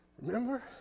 Remember